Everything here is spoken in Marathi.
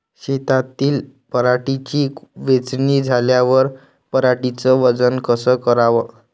शेतातील पराटीची वेचनी झाल्यावर पराटीचं वजन कस कराव?